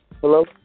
Hello